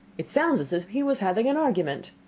it sounds as if he was having an argument.